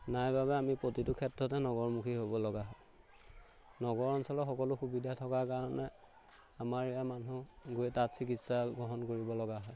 নাই বাবে আমি প্ৰতিটো ক্ষেত্ৰতে নগৰমুখী হ'ব লগা হয় নগৰ অঞ্চলৰ সকলো সুবিধা থকাৰ কাৰণে আমাৰ ইয়াৰ মানুহ গৈ তাত চিকিৎসা গ্ৰহণ কৰিব লগা হয়